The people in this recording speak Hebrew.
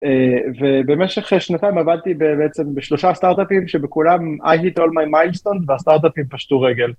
ובמשך שנתיים עבדתי בעצם בשלושה סטארטאפים שבכולם I hit all my milestones והסטארטאפים פשטו רגל.